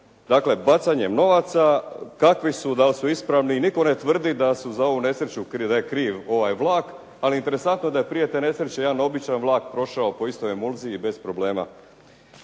Dakle bacanjem novaca kakvi su, da li su ispravni. Nitko ne tvrdi da su za ovu nesreću, da je kriv ovaj vlak, ali je interesantno da je prije te nesreće jedan običan vlak prošao po istoj emulziji bez problema.